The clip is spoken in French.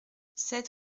sept